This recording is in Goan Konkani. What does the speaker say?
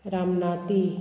रामनाथी